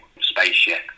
spaceship